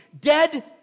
dead